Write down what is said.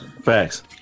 Facts